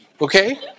okay